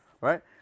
right